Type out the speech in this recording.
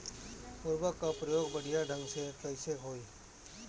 उर्वरक क प्रयोग बढ़िया ढंग से कईसे होई?